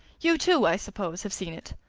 you too, i suppose, have seen it?